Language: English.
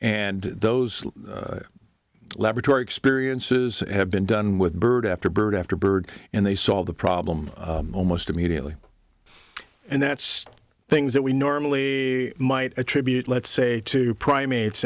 and those laboratory experiences and have been done with bird after bird after bird and they solve the problem almost immediately and that's things that we normally might attribute let's say to primates